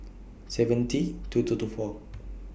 seventy two two two four